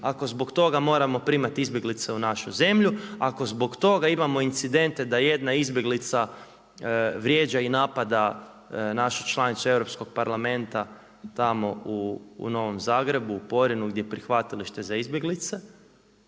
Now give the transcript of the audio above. ako zbog toga moramo primati izbjeglice u našu zemlju, ako zbog toga imamo incidente da jedna izbjeglica vrijeđa i napada našu članicu Europskog parlamenta tamo u Novom Zagrebu u Porinu gdje je prihvatilište za izbjeglice